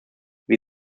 wie